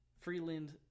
Freeland